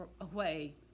away